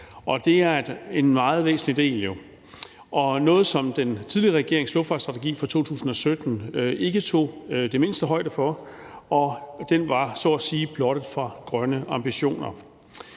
det er jo en meget væsentlig del og noget, som den tidligere regerings luftfartsstrategi fra 2017 ikke tog det mindste højde for. Den var så at sige blottet for grønne ambitioner.